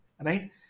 right